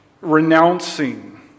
renouncing